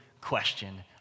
question